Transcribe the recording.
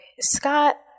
Scott